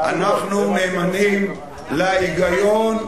אנחנו נאמנים להיגיון.